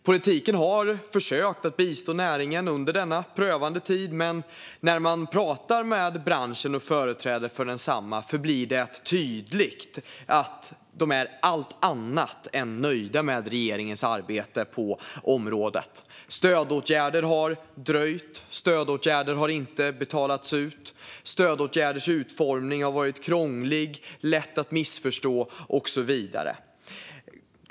Politiken har försökt att bistå näringen under denna prövande tid, men när man pratar med företrädare för branschen blir det tydligt att de är allt annat än nöjda med regeringens arbete på området. Stödåtgärder har dröjt. Stöd har inte betalats ut. Stödåtgärders utformning har varit krånglig, lätt att missförstå och så vidare.